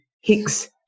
Hicks